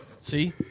See